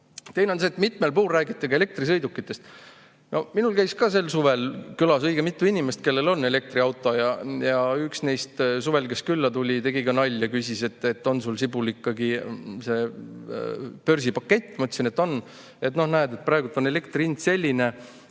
[asi] on see, et mitmel puhul räägiti ka elektrisõidukitest. Minul käis sel suvel külas õige mitu inimest, kellel on elektriauto. Üks neist, kes suvel külla tuli, tegi ka nalja, küsis: "On sul, Sibul, ikkagi see börsipakett?" Ma ütlesin, et on. "No näed, praegu on elektri hind selline.